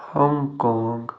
Hong Kong